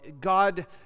God